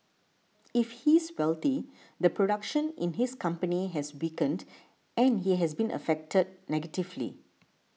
if he's wealthy the production in his company has weakened and he has been affected negatively